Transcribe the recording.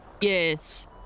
yes